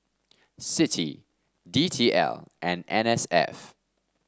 CITI D T L and N S F